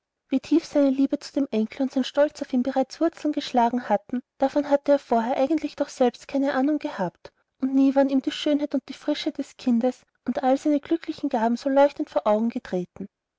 wie tief seine liebe zu dem enkel und sein stolz auf ihn bereits wurzeln geschlagen hatten davon hatte er vorher eigentlich doch selbst keine ahnung gehabt und nie waren ihm die schönheit und die frische des kindes und all seine glücklichen gaben so leuchtend vor augen getreten